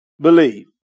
believe